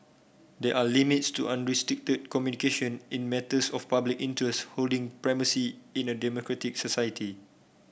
there are limits to unrestricted communication in matters of public interest holding primacy in a democratic society